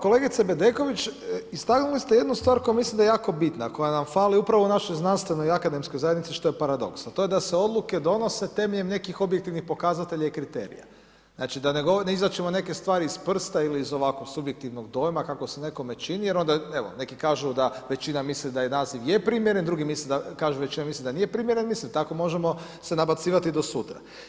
Kolegice Bedeković, istaknuli ste jednu stvar koju mislim da je jako bitna, koja nam fali upravo u našoj znanstvenoj i akademskoj zajednici, što je paradoks, a to je da se odluke donose temeljem nekih objektivnih pokazatelja i kriterija, znači da ne … neke stvari iz prsta ili iz ovako, subjektivnog dojma, kako se nekome čini, jer onda, evo, neki kažu da većina misli da je naziv je primjeren, drugi kažu da nije primjeren, mislim, tako možemo se nabacivati do sutra.